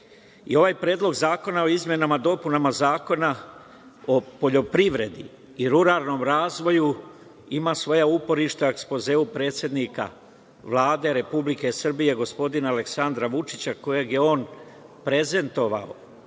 ovaj Predlog zakona o izmenama i dopunama Zakona o poljoprivredi i ruralnom razvoju ima svoja uporišta u ekspozeu predsednika Vlade Republike Srbije gospodina Aleksandra Vučića, kojeg je on prezentovao